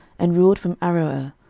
and ruled from aroer,